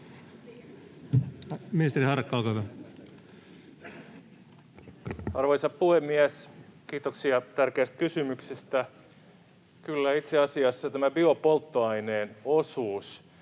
Arvoisa puhemies! Kiitoksia tärkeästä kysymyksestä. Kyllä, itse asiassa tämä biopolttoaineen osuus,